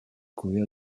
couvert